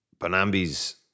Bonambi's